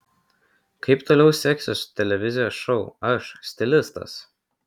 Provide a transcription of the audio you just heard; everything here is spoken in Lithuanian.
kaip toliau seksis televizijos šou aš stilistas